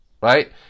Right